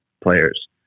players